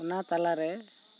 ᱚᱱᱟ ᱛᱟᱞᱟᱨᱮ